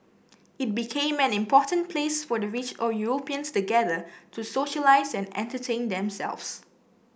it became an important place for the rich or Europeans to gather to socialise and entertain themselves